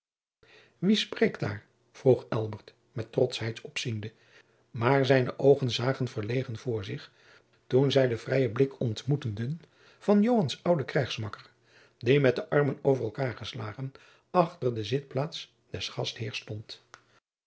wie spreekt daar vroeg elbert met trotschheid opziende maar zijne oogen zagen verlegen voor zich toen zij den vrijen blik ontmoeteden van joans ouden krijgsmakker die met de armen over elkaêr geslagen achter de zitplaats des gastheers stond